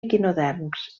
equinoderms